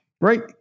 Right